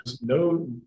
no